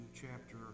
chapter